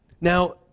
Now